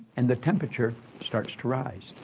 and the temperature starts to rise.